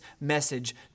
message